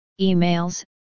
emails